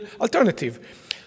alternative